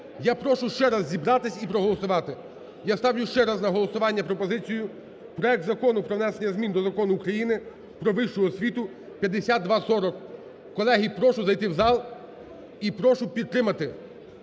Я прошу ще раз зібратись і проголосувати. Я ставлю ще раз на голосування пропозицію: проект Закону про внесення змін до Закону України "Про вищу освіту" (5240). Колеги, прошу зайти в зал і прошу підтримати